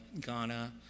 ghana